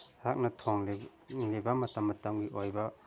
ꯑꯩꯍꯥꯛꯅ ꯊꯣꯡꯂꯤ ꯕ ꯃꯇꯝ ꯃꯇꯝꯒꯤ ꯑꯣꯏꯕ